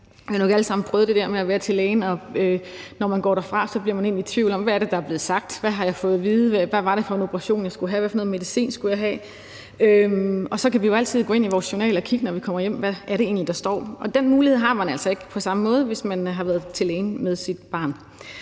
der med at være til læge, og når man går derfra, bliver man i tvivl om, hvad det egentlig er, der er blevet sagt. Hvad har jeg fået at vide? Hvad var det for en operation, jeg skulle have? Hvad for noget medicin skulle jeg have? Og så kan vi jo altid gå ind i vores journal og se, når vi kommer hjem, hvad det egentlig er, der står. Den mulighed har man altså ikke på samme måde, hvis man har været til læge med sit barn.